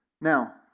Now